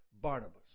Barnabas